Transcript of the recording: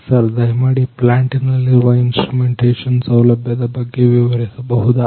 sir ದಯಮಾಡಿ ಈ plant ನಲ್ಲಿರುವ ಇನ್ಸ್ಟ್ರುಮೆಂಟೇಷನ್ ಸೌಲಭ್ಯದ ಬಗ್ಗೆ ವಿವರಿಸಬಹುದಾ